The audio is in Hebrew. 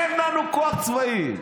אין לנו כוח צבאי,